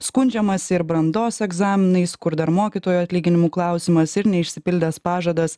skundžiamasi ir brandos egzaminais kur dar mokytojų atlyginimų klausimas ir neišsipildęs pažadas